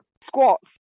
squats